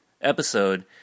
episode